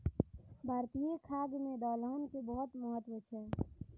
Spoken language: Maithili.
भारतीय खाद्य मे दलहन के बहुत महत्व छै